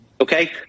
okay